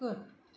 हिकु